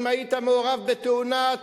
אם היית מעורב בתאונה,